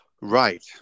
Right